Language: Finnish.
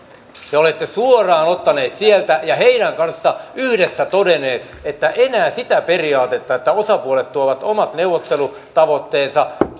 te olette suoraan ottaneet sieltä ja heidän kanssaan yhdessä todenneet että enää sitä periaatetta että osapuolet tuovat omat neuvottelutavoitteensa